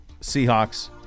Seahawks